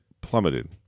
plummeted